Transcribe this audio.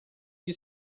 que